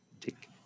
Take